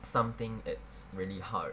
some things it's really hard